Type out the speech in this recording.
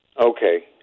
Okay